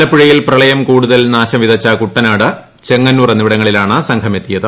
ആലപ്പുഴയിൽ പ്രളയം കൂടുതൽ നാശം വിതച്ച കുട്ടനാട് ചെങ്ങന്നൂർ എന്നിവിടങ്ങളിലാണ് സംഘം എത്തിയത്